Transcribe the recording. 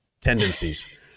tendencies